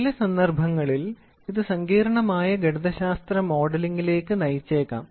ചില സന്ദർഭങ്ങളിൽ ഇത് സങ്കീർണ്ണമായ ഗണിതശാസ്ത്ര മോഡലിംഗിലേക്ക് നയിച്ചേക്കാം